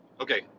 okay